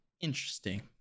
interesting